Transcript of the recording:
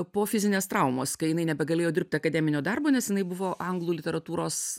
po fizinės traumos kai jinai negalėjo dirbti akademinio darbo nes jinai buvo anglų literatūros